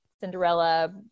Cinderella